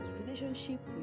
relationship